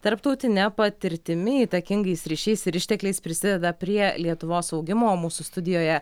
tarptautine patirtimi įtakingais ryšiais ir ištekliais prisideda prie lietuvos augimo o mūsų studijoje